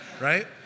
Right